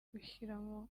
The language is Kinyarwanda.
gushyiramo